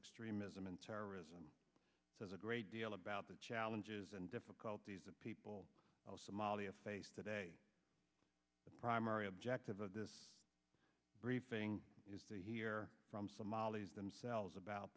extremism and terrorism does a great deal about the challenges and difficulties of people all somalia face today the primary objective of this briefing is to hear from somalis themselves about